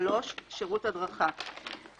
שירות הדרכה,